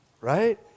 right